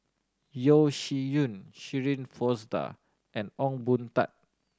Yeo Shih Yun Shirin Fozdar and Ong Boon Tat